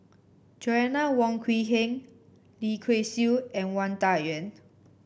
Joanna Wong Quee Heng Lim Kay Siu and Wang Dayuan